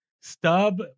Stub